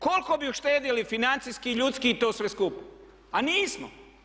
Koliko bi uštedili financijski i ljudski to sve skupa, a nismo.